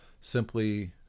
simply